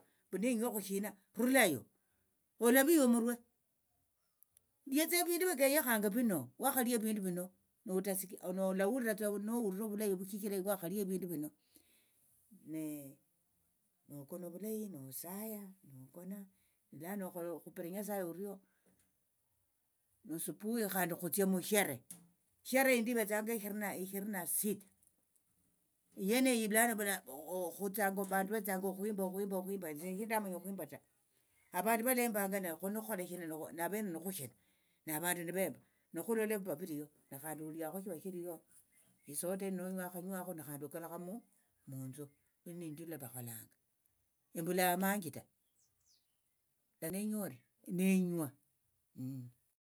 Mbu niinywekhushina rulayo olaviya omurwe liatsa evindu viakenyekhanga vino wakhalia evindu vino utasikia nolahuliratsa nohulira shichira wakhalia evindu vino nokona ovulayi nosaya nokona lano okhola okhupira nyasaye orio ne subui khandi khutsia musherehe sherehe yindi ivetsanga ishirini na ishirini na sita eyeneyi lano mbu khutsanga vandu vatsanga okhwimba okhwimba okhwimba esie shindamanya okhwimba ta avandu valembanga nakhukhola shina navene nikhushina navandu nivemba nokhulola viva viliyo na khandi oliakho shiva shiliyo isoda ino nonywa nywakho na khandi okalukha munthu khenindio lwavakholanga. Embula amanji ta na nenyolire nenywa.